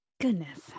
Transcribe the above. goodness